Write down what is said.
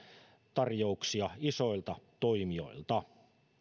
tarjouksia ainoastaan isoilta toimijoilta